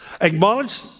Acknowledge